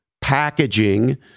packaging